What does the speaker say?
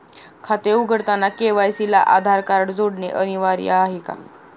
खाते उघडताना के.वाय.सी ला आधार कार्ड जोडणे अनिवार्य आहे का?